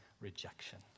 rejection